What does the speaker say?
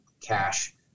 cash